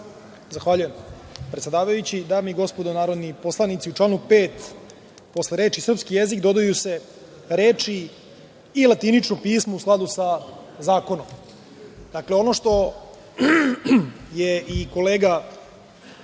Zahvaljujem, predsedavajući. Dame i gospodo narodni poslanici, u članu 5. posle reči: „srpski jezik“ dodaju se reči: „i latinično pismo u skladu sa zakonom“. Ono što je i kolega,